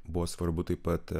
buvo svarbu taip pat